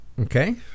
Okay